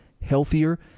healthier